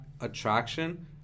attraction